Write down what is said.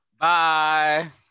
Bye